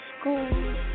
school